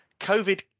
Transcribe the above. covid